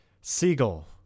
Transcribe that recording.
seagull